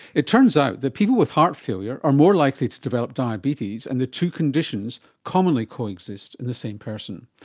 it turns out the people with heart failure are more likely to develop diabetes, and the two conditions commonly coexist in the same person.